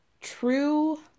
true